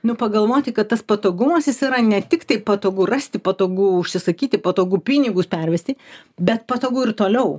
nu pagalvoti kad tas patogumas jis yra ne tiktai patogu rasti patogu užsisakyti patogu pinigus pervesti bet patogu ir toliau